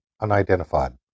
unidentified